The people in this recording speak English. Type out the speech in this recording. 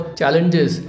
challenges